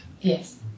Yes